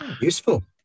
Useful